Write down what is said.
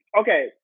okay